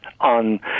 on